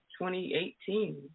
2018